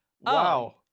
wow